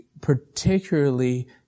particularly